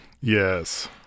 Yes